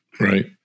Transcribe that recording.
Right